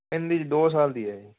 ਇਨ ਦੀ ਦੋ ਸਾਲ ਦੀ ਐ ਜੀ